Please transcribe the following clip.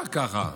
אי-אפשר ככה.